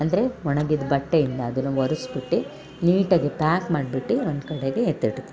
ಅಂದರೆ ಒಣಗಿದ ಬಟ್ಟೆಯಿಂದ ಅದನ್ನು ಒರಸ್ಬಿಟ್ಟಿ ನೀಟಾಗಿ ಪ್ಯಾಕ್ ಮಾಡ್ಬಿಟ್ಟಿ ಒಂದು ಕಡೆಗೆ ಎತ್ತಿಡ್ತೀನಿ